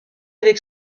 avec